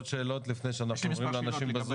עוד שאלות לפני שאנחנו עוברים לאנשים בזום?